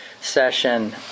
session